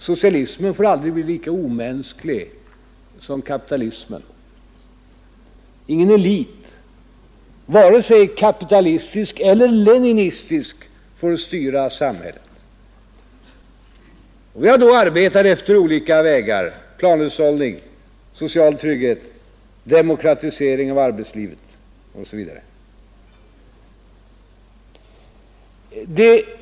Socialismen får aldrig bli lika omänsklig som kapitalismen. Ingen elit, vare sig kapitalistisk eller leninistisk, får styra samhället. Vi har då gått olika vägar — planhushållning, social trygghet, demokratisering av arbetslivet osv.